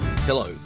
Hello